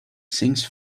sings